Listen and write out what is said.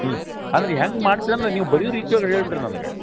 ಹ್ಞೂ ಅಂದ್ರೆ ಹೆಂಗ ಮಾಡ್ತೀರಿ ಅಂದ್ರೆ ನೀವು ಬರೆಯೋ ರೀತಿ ಒಳ್ಗೆ ಹೇಳಿಬಿಡ್ರಿ ನನಗೆ